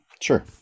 Sure